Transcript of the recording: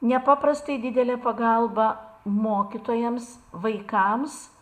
nepaprastai didelė pagalba mokytojams vaikams